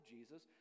Jesus